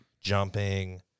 jumping